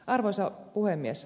arvoisa puhemies